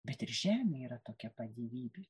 bet ir žemė yra tokiapat dievybė